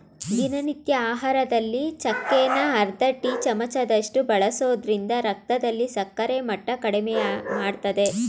ದಿನನಿತ್ಯ ಆಹಾರದಲ್ಲಿ ಚಕ್ಕೆನ ಅರ್ಧ ಟೀ ಚಮಚದಷ್ಟು ಬಳಸೋದ್ರಿಂದ ರಕ್ತದಲ್ಲಿ ಸಕ್ಕರೆ ಮಟ್ಟ ಕಡಿಮೆಮಾಡ್ತದೆ